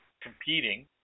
competing